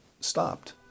stopped